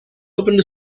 opened